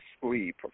sleep